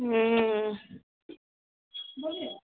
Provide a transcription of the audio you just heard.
हूँ बुझलियै